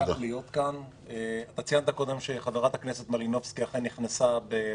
גם אתמול המציעים, שחתומים על